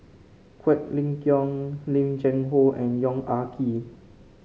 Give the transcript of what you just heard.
Quek Ling Kiong Lim Cheng Hoe and Yong Ah Kee